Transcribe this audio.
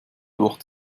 durch